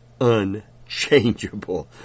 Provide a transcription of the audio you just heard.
unchangeable